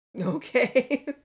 Okay